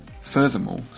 Furthermore